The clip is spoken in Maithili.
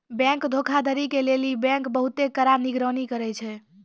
बैंक धोखाधड़ी के लेली बैंक बहुते कड़ा निगरानी करै छै